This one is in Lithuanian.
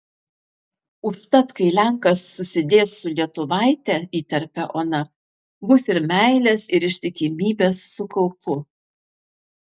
užtat kai lenkas susidės su lietuvaite įterpia ona bus ir meilės ir ištikimybės su kaupu